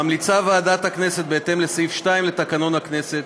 ממליצה ועדת הכנסת, בהתאם לסעיף 2 לתקנון הכנסת,